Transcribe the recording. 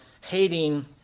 hating